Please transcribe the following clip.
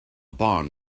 barn